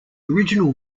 original